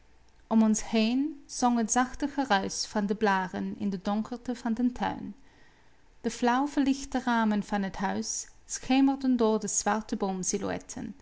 om ons heen zong het zachte geruisch van de blaren in de donkerte van den tuin de flauw verlichte ramen van het huis schemerden door de